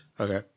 Okay